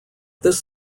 this